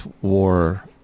war